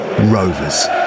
rovers